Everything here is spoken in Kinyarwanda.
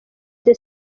the